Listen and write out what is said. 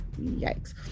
yikes